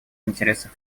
интересах